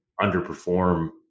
underperform